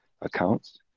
accounts